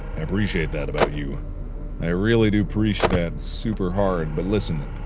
i appreciate that about you i really do preache that super hard but listen